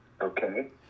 okay